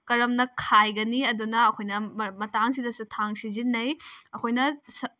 ꯀꯔꯝꯅ ꯈꯥꯏꯒꯅꯤ ꯑꯗꯨꯅ ꯑꯩꯈꯣꯏꯅ ꯃꯇꯥꯡꯁꯤꯗꯁꯨ ꯊꯥꯡ ꯁꯤꯖꯤꯟꯅꯩ ꯑꯩꯈꯣꯏꯅ